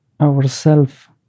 ourself